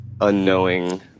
unknowing